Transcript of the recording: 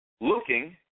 looking